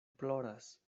ploras